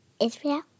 Israel